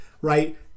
right